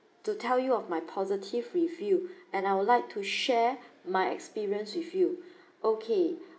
to tell you of my positive review and I would like to share my experience with you okay